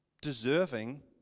deserving